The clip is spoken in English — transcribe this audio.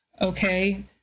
okay